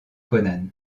conan